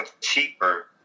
cheaper